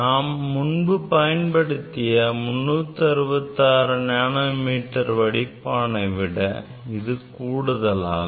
நாம் முன்பு பயன்படுத்திய 366 நேனோ மீட்டர் வடிப்பானைவிட இது கூடுதலாகும்